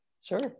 Sure